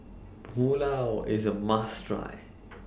Pulao IS A must Try